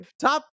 Top